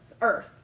Earth